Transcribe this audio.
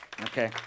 Okay